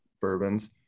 bourbons